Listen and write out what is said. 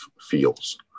feels